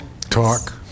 talk